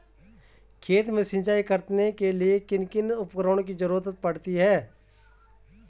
खेत में सिंचाई करने के लिए किन किन उपकरणों की जरूरत पड़ती है?